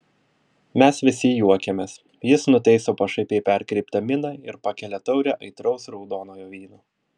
mes visi juokiamės jis nutaiso pašaipiai perkreiptą miną ir pakelia taurę aitraus raudonojo vyno